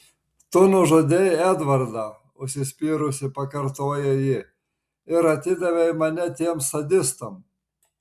tu nužudei edvardą užsispyrusi pakartoja ji ir atidavei mane tiems sadistams